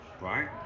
right